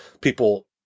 people